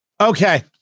Okay